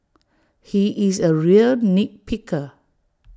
he is A real nit picker